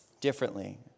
differently